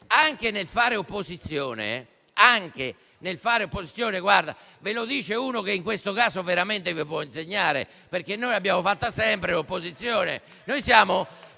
al fare opposizione poi, vi parla uno che in questo caso veramente vi può insegnare, perché noi abbiamo fatto sempre l'opposizione.